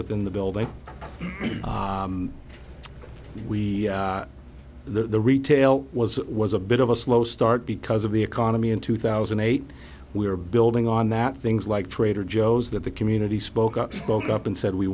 within the building we the retail was was a bit of a slow start because of the economy in two thousand and eight we were building on that things like trader joe's that the community spoke up spoke up and said we